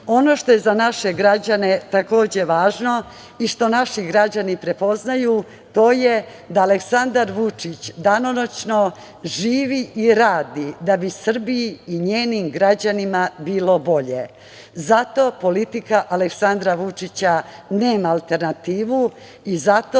što je za naše građane takođe važno i što naši građani prepoznaju to je da Aleksandar Vučić danonoćno živi i radi da bi Srbiji i njenim građanima bilo bolje. Zato politika Aleksandra Vučića nema alternativu i zato